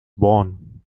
born